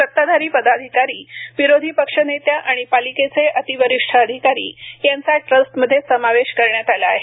सत्ताधारी पदाधिकारी विरोधी पक्षनेत्या आणि पालिकेचे अतिवरीष्ठ अधिकारी यांचा ट्रस्टमध्ये समावेश करण्यात आला आहे